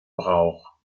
brauch